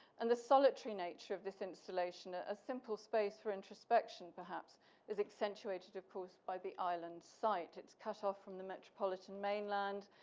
and the solitary nature of this installation, a simple space for introspection perhaps is accentuated of course, by the island site. it's cut off from the metropolitan mainland,